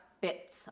bits